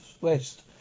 west